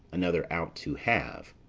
another out to have.